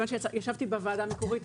ישבתי בוועדה המקורית.